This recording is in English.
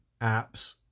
apps